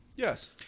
Yes